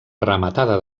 rematada